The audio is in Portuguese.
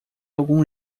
algum